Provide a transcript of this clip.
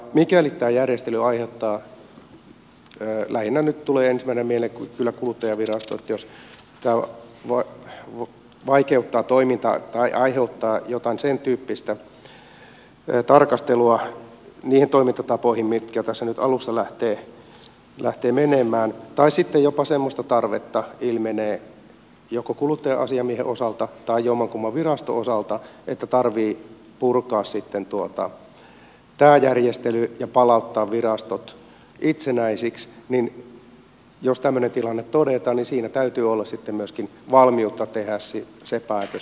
mikäli tämä järjestely aiheuttaa lähinnä nyt tulee ensimmäisenä mieleen kyllä kuluttajavirasto toiminnan vaikeutumista tai aiheuttaa jotain sen tyyppistä tarkastelua niihin toimintatapoihin mitkä tässä nyt alussa lähtevät menemään tai sitten jopa semmoista tarvetta ilmenee joko kuluttaja asiamiehen osalta tai jommankumman viraston osalta että täytyy purkaa sitten tämä järjestely ja palauttaa virastot itsenäiseksi jos tämmöinen tilanne todetaan niin siinä täytyy olla sitten myöskin valmiutta tehdä se päätös